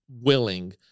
willing